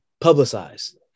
publicized